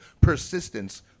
persistence